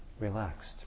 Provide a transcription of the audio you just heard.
relaxed